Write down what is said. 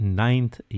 ninth